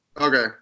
Okay